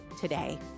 today